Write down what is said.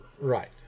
Right